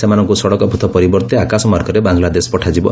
ସେମାନଙ୍କୁ ସଡ଼କପଥ ପରିବର୍ତ୍ତେ ଆକାଶମାର୍ଗରେ ବଙ୍ଗଳାଦେଶ ପଠାଯିବ